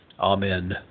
Amen